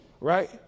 right